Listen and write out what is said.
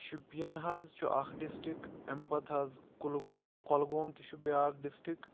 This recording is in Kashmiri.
شُپیَن حظ چھُ اَکھ ڈِسٹِک اَمہِ پَتہٕ حظ کُلگو کۄلگوم تہِ چھُ بیٛاکھ ڈِسٹِک